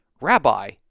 Rabbi